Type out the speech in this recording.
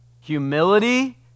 Humility